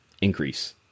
increase